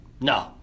no